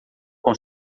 com